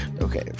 okay